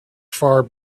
far